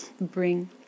bring